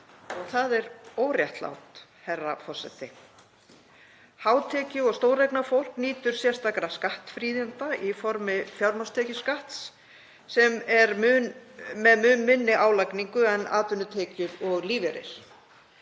Það er óréttlátt, herra forseti. Hátekju- og stóreignafólk nýtur sérstakra skattfríðinda í formi fjármagnstekjuskatts sem er með mun minni álagningu en atvinnutekjur og lífeyrir.